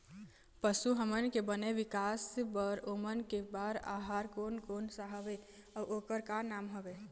पशु हमन के बने विकास बार ओमन के बार आहार कोन कौन सा हवे अऊ ओकर का नाम हवे?